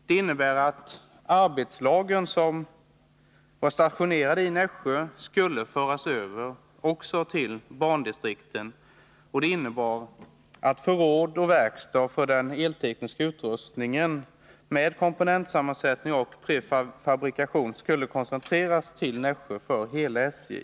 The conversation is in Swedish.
Det innebar att förråd och verkstad för den eltekniska utrustningen, med komponentsammansättning och prefabrikation, skulle koncentreras till Nässjö för hela SJ.